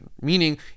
meaning